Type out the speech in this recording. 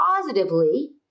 positively